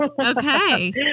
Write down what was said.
Okay